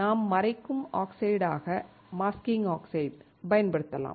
நாம் மறைக்கும் ஆக்சைடாகப் பயன்படுத்தலாம்